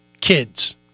kids